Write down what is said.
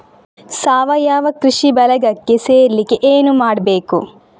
ಸಾವಯವ ಕೃಷಿ ಬಳಗಕ್ಕೆ ಸೇರ್ಲಿಕ್ಕೆ ಏನು ಮಾಡ್ಬೇಕು?